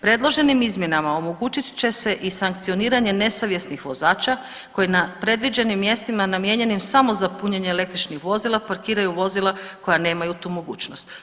Predloženim izmjenama omogućit će se i sankcioniranje nesavjesnih vozača koji na predviđenim mjestima namijenjenim samo za punjenje električnih vozila parkiraju vozila koja nemaju tu mogućnost.